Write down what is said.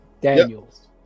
Daniels